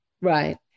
Right